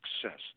success